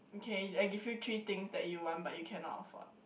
okay I give you three things that you want but you cannot afford